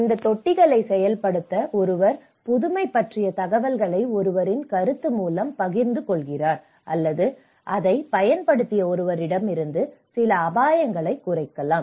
இந்த தொட்டிகளைச் செயல்படுத்த ஒருவர் புதுமை பற்றிய தகவல்களை ஒருவரின் கருத்து மூலம் பகிர்ந்து கொள்கிறார் அல்லது அதைப் பயன்படுத்திய ஒருவரிடமிருந்து சில அபாயங்களைக் குறைக்கலாம்